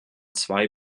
zwei